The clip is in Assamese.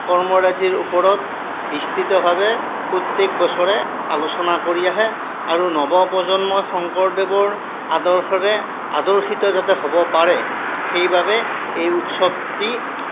কৰ্মৰাজিৰ ওপৰত বিস্তৃতভাৱে প্ৰত্যেক বছৰে আলোচনা কৰি আহে আৰু নৱপ্ৰজন্মই শংকৰদেৱৰ আদৰ্শেৰে আদৰ্শিত যাতে হ'ব পাৰে সেইবাবে এই উৎসৱটি